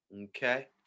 Okay